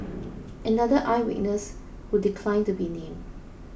another eye witness who declined to be named